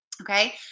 Okay